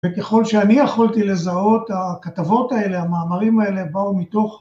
וככל שאני יכולתי לזהות הכתבות האלה המאמרים האלה הם באו מתוך